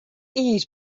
iis